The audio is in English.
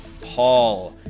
Paul